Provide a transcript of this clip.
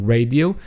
Radio